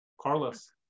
Carlos